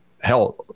hell